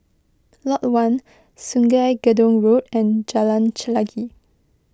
Lot one Sungei Gedong Road and Jalan Chelagi